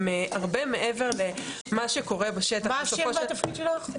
הם הרבה מעבר למה שקורה בשטח בסופו של מה השם והתפקיד שלך?